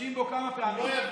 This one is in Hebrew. משתמשים בו כמה פעמים.